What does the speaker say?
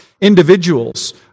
individuals